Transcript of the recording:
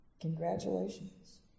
Congratulations